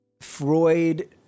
Freud